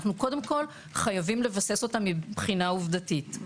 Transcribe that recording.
אנחנו קודם כל חייבים לבסס אותם מבחינה עובדתית.